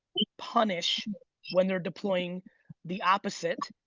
punish when they're deploying the opposite,